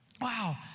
Wow